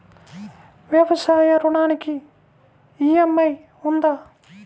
వ్యవసాయ ఋణానికి ఈ.ఎం.ఐ ఉందా?